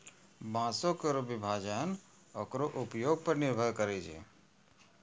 बांसों केरो विभाजन ओकरो उपयोग पर निर्भर करै छै